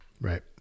Right